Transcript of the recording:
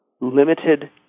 limited